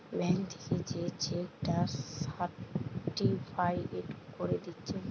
bank থিকে যে cheque টা সার্টিফায়েড কোরে দিচ্ছে